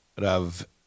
Rav